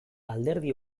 alderdi